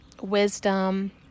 wisdom